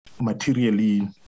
materially